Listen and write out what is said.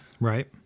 Right